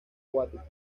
acuáticos